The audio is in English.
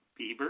Bieber